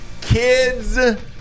kids